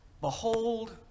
behold